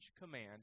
command